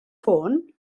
ffôn